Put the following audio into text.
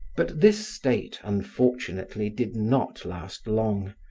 but this state, unfortunately, did not last long,